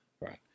Right